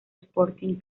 sporting